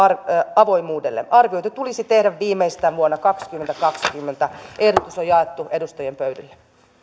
avoimuudelle arviointi tulee tehdä viimeistään vuonna kaksituhattakaksikymmentä ehdotus on jaettu edustajien pöydille